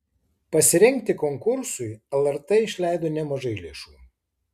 pasirengti konkursui lrt išleido nemažai lėšų